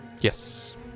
Yes